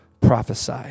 prophesy